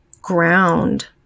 ground